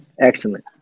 Excellent